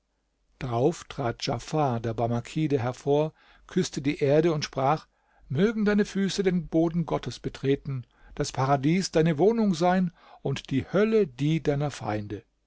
drauf trat djafar der barmakide hervor küßte die erde und sprach mögen deine füße den boden gottes betreten das paradies deine wohnung sein und die hölle die deiner feinde